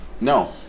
No